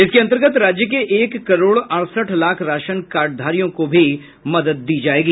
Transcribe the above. इसके अंतर्गत राज्य के एक करोड़ अड़सठ लाख राशन कार्डधारकों को भी मदद दी जायेगी